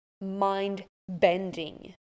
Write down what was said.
mind-bending